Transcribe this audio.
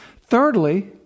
Thirdly